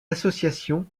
associations